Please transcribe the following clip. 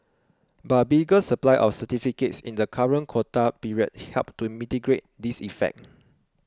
but a bigger supply of certificates in the current quota period helped to mitigate this effect